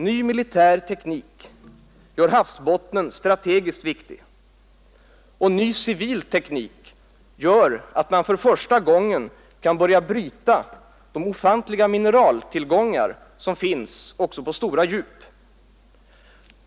Ny militär teknik gör havsbottnen strategiskt viktig. Ny civil teknik gör att man för första gången kan börja bryta de ofantliga mineraltillgångar som finns också på stora djup.